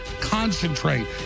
concentrate